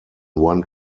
one